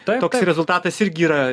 toks rezultatas irgi yra